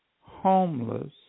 homeless